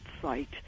site